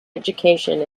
education